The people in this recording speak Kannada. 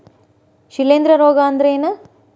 ಶಿಲೇಂಧ್ರ ರೋಗಾ ಅಂದ್ರ ಏನ್?